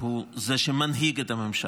שהוא זה שמנהיג את הממשלה.